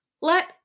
Let